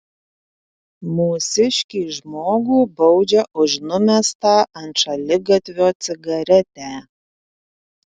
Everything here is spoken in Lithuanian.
mūsiškį žmogų baudžia už numestą ant šaligatvio cigaretę